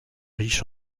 riche